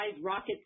rockets